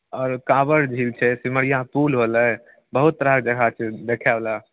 आओर काबर झील छै सिमरिआ पूल होलै बहुत तरह कऽ जगह छै देखै बला